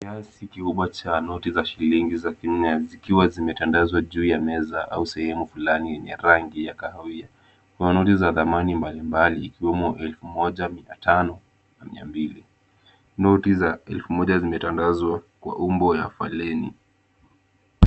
Kiasi kikubwa cha noti za shilingi ya Kenya zikiwa zimetandazwa juu ya meza au sehemu fulani yenye rangi ya kahawia. Kuna noti za dhamani mbali mbali ikiwemo elfu moja, mia tano na mia mbili. Noti za elfu moja zimetandazwa kwa umbo ya foleni.